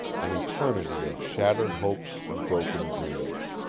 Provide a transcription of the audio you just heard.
an eternity of shattered hopes and broken dreams.